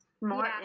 More